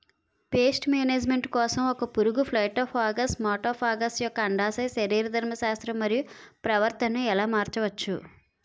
Paste management కోసం ఒక పురుగు ఫైటోఫాగస్హె మటోఫాగస్ యెక్క అండాశయ శరీరధర్మ శాస్త్రం మరియు ప్రవర్తనను ఎలా మార్చచ్చు?